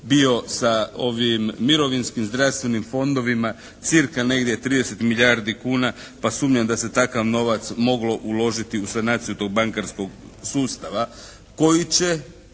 bio sa ovim mirovinskim zdravstvenim fondovima cirka negdje 30 milijardi kuna pa sumnjam da se takav novac moglo uložiti u sanaciju tog bankarskog sustava koji će